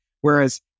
Whereas